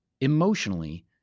emotionally